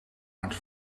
het